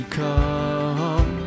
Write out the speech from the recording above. come